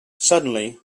suddenly